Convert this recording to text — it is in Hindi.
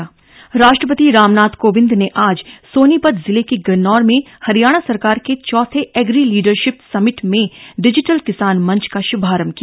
राष्ट्रपति कोविंद राष्ट्रपति रामनाथ कोविंद ने आज सोनीपत जिले के गन्नौर में हरियाणा सरकार के चौथे एग्री लीडरशिप समिट में डिजिटल किसान मंच का शुभारंभ किया